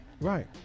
Right